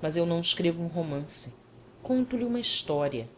mas eu não escrevo um romance conto-lhe uma história